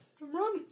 Run